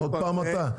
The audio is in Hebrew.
עוד פעם אתה?